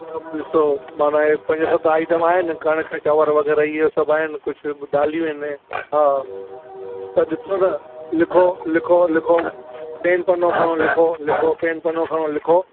ॾिसो माना ही पंज सत आइटम आहिनि कणिक चावंर वग़ैरह इहो सभु आहिनि कुझु दालियूं आहिनि हा त ॾिसो न लिखो लिखो लिखो पेन पनो खणो लिखो लिखो पेन पनो खणो लिखो